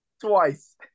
Twice